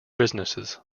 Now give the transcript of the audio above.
businesses